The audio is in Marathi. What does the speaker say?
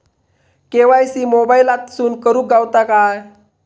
के.वाय.सी मोबाईलातसून करुक गावता काय?